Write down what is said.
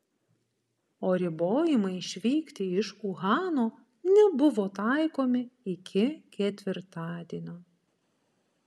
o ribojimai išvykti iš uhano nebuvo taikomi iki ketvirtadienio